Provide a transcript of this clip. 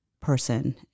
person